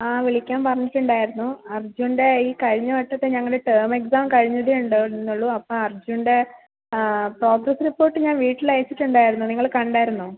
ആ വിളിക്കാൻ പറഞ്ഞിട്ട് ഉണ്ടായിരുന്നു അർജ്ജുൻ്റെ ഈ കഴിഞ്ഞ വട്ടത്തെ ഞങ്ങൾ ടേം എക്സാം കഴിഞ്ഞതേ ഉണ്ടാവുന്നുള്ളൂ അപ്പം അർജ്ജുൻ്റെ പ്രോഗ്രസ്സ് റിപ്പോർട്ട് ഞാൻ വീട്ടിൽ അയച്ചിട്ടുണ്ടായിരുന്നു നിങ്ങൾ കണ്ടായിരുന്നോ